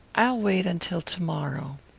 i'll wait until to-morrow.